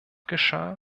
geschah